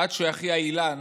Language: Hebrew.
עד שאחיה אילן,